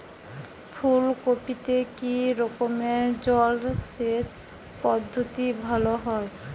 ফুলকপিতে কি রকমের জলসেচ পদ্ধতি ভালো হয়?